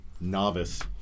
novice